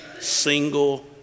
single